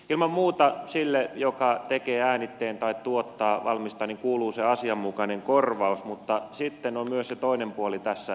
ilman muuta sille joka tekee äänitteen tai tuottaa valmistaa kuuluu se asianmukainen korvaus mutta sitten on myös se toinen puoli tässä